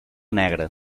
negra